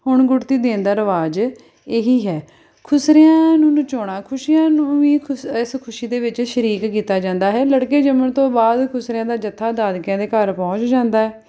ਹੁਣ ਗੁੜਤੀ ਦੇਣ ਦਾ ਰਿਵਾਜ ਇਹੀ ਹੈ ਖੁਸਰਿਆਂ ਨੂੰ ਨਚਾਉਣਾ ਖੁਸ਼ੀਆਂ ਨੂੰ ਵੀ ਖੁਸ ਇਸ ਖੁਸ਼ੀ ਦੇ ਵਿੱਚ ਸ਼ਰੀਕ ਕੀਤਾ ਜਾਂਦਾ ਹੈ ਲੜਕੇ ਜੰਮਣ ਤੋਂ ਬਾਅਦ ਖੁਸਰਿਆਂ ਦਾ ਜੱਥਾ ਦਾਦਕਿਆਂ ਦੇ ਘਰ ਪਹੁੰਚ ਜਾਂਦਾ